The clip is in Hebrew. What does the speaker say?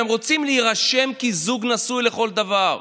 הם רוצים להירשם כזוג נשוי לכל דבר.